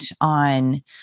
on